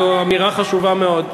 זו אמירה חשובה מאוד.